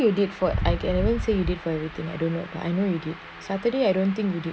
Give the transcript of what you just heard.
friday you did for I can even say you did for everything I don't know but I know you did but saturday I don't think you did